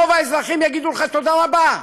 רוב האזרחים יגידו לך: תודה רבה,